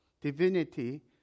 divinity